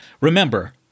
Remember